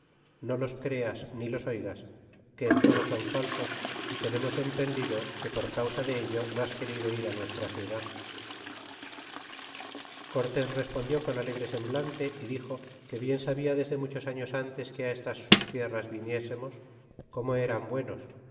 no los creas ni los oigas que en todo son falsos y tenemos entendido que por causa de ello no has querido ir nuestra ciudad y cortés respondió con alegre semblante y dixo que bien sabia desde muchos años antes que estas sus tierras viniésemos como eran buenos